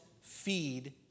feed